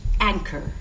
anchor